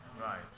Right